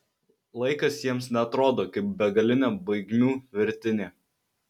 laikas jiems neatrodo kaip begalinė baigmių virtinė